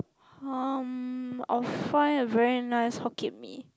um I'll fry a very nice Hokkien-Mee